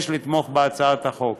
יש לתמוך בהצעת החוק.